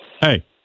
Hey